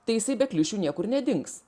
tai jisai be klišių niekur nedings